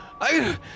I-